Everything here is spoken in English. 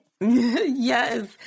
Yes